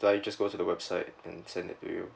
so I just go to the website and send it to you